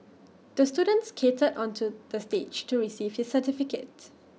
the student skated onto the stage to receive his certificate